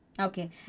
Okay